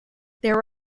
there